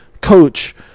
Coach